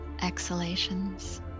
exhalations